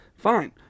fine